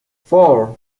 four